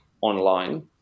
online